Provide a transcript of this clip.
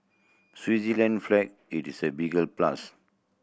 Switzerland flag it is a big plus